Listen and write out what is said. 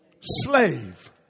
slave